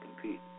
compete